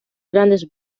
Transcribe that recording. grandes